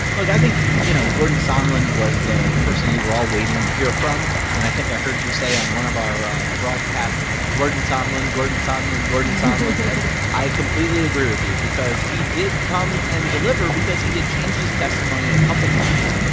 like i think, you know, gordon sondland was the person we were all waiting to hear from. and i think i heard you say on one of our broadcasts gordon sondland, gordon sondland, gordon sondland and i completely agree with you because he did come and deliver because he had changed his testimony a couple times.